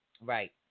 Right